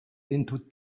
into